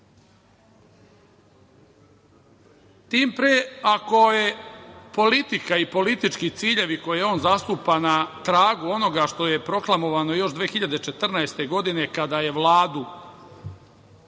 pre ako je politika i politički ciljevi koje on zastupa na tragu onoga što je proklamovano još 2014. godine kada je Vladu